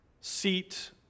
seat